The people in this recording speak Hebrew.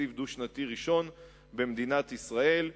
תקציב דו-שנתי ראשון במדינת ישראל.